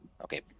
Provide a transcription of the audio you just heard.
Okay